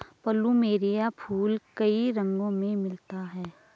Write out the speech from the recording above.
plumeria फूल कई रंगो में मिलता है